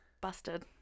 busted